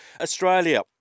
Australia